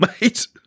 mate